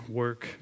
work